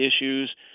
issues